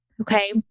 Okay